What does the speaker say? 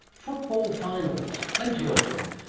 football finals, plenty of them.